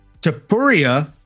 Tapuria